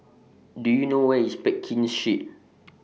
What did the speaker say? Do YOU know Where IS Pekin Street